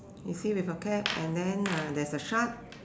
is he with a cap and then uh there's a shark